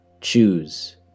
choose